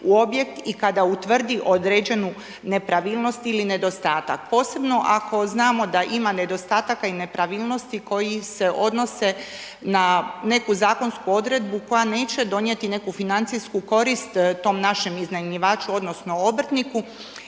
u objekt i kada utvrdi određenu nepravilnost ili nedostatak. Posebno ako znamo da ima nedostataka i nepravilnosti koji se odnose na neku zakonsku odredbu koja neće donijeti neku financijsku korist tom našem iznajmljivaču odnosno obrtniku